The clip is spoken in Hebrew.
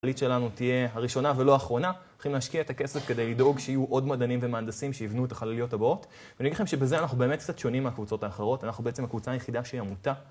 החללית שלנו תהיה הראשונה ולא האחרונה. הולכים להשקיע את הכסף כדי לדאוג שיהיו עוד מדענים ומהנדסים שיבנו את החלליות הבאות. ואני אגיד לכם שבזה אנחנו באמת קצת שונים מהקבוצות האחרות. אנחנו בעצם הקבוצה היחידה שהיא עמותה.